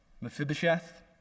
Mephibosheth